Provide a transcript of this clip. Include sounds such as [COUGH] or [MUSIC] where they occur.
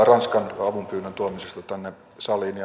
[UNINTELLIGIBLE] ranskan avunpyynnön tuomisessa tänne saliin [UNINTELLIGIBLE]